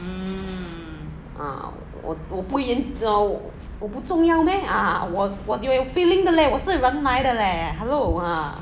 ah 我我不愿 lor 我不重要 meh !huh! 我有 feeling 的 leh 我是人来的 leh hello ah